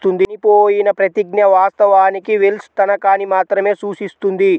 చనిపోయిన ప్రతిజ్ఞ, వాస్తవానికి వెల్ష్ తనఖాని మాత్రమే సూచిస్తుంది